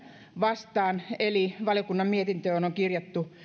vastaan eli valiokunnan mietintöön on kirjattu